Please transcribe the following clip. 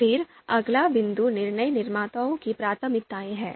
फिर अगला बिंदु निर्णय निर्माता की प्राथमिकताएं हैं